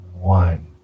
one